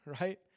right